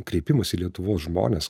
kreipimąsi į lietuvos žmones